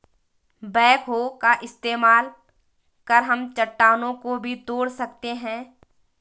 backhoe का इस्तेमाल कर हम चट्टानों को भी तोड़ सकते हैं